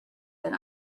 than